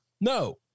No